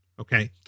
Okay